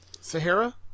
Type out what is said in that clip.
Sahara